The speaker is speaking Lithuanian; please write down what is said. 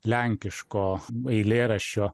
lenkiško eilėraščio